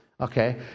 Okay